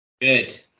Good